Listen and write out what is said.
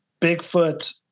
Bigfoot